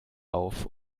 auf